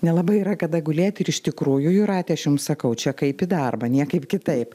nelabai yra kada gulėti ir iš tikrųjų jūrate aš jums sakau čia kaip į darbą niekaip kitaip